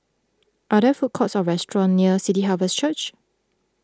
are there food courts or restaurants near City Harvest Church